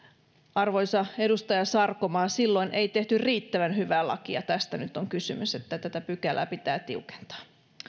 arvoisa edustaja sarkomaa silloin ei tehty riittävän hyvää lakia tästä nyt on kysymys että tätä pykälää pitää tiukentaa